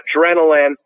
adrenaline